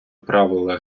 правила